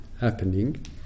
happening